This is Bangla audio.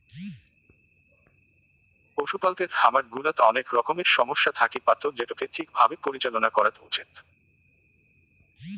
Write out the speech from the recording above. পশুপালকের খামার গুলাত অনেক রকমের সমস্যা থাকি পারত যেটোকে ঠিক ভাবে পরিচালনা করাত উচিত